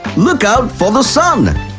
look out for the sun.